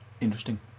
interesting